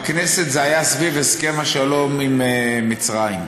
בכנסת, זה היה סביב הסכם השלום עם מצרים.